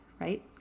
right